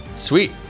sweet